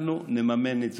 אנחנו נממן את זה,